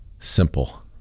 Simple